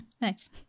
Nice